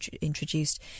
introduced